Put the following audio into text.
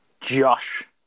Josh